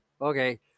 Okay